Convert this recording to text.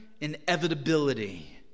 inevitability